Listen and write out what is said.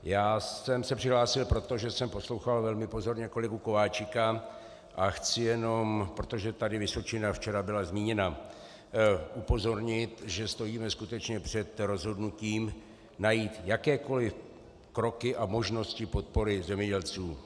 Já jsem se přihlásil, protože jsem poslouchal velmi pozorně kolegu Kováčika a chci jenom, protože tady Vysočina včera byla zmíněna, upozornit, že skutečně stojíme před rozhodnutím najít jakékoliv kroky a možnosti podpory zemědělců.